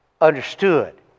understood